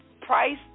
Price